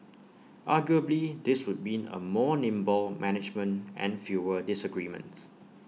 arguably this would mean A more nimble management and fewer disagreements